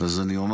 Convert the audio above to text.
ואז אני אומר.